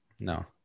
No